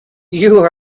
you